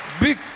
Big